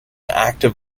active